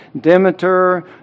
Demeter